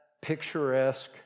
picturesque